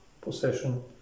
possession